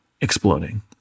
exploding